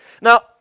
Now